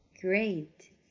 great